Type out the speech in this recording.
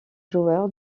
joueur